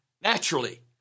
naturally